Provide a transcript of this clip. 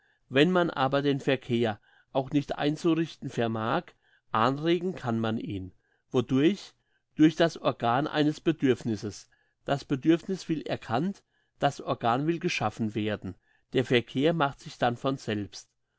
wenn man aber den verkehr auch nicht einzurichten vermag anregen kann man ihn wodurch durch das organ eines bedürfnisses das bedürfniss will erkannt das organ will geschaffen werden der verkehr macht sich dann von selbst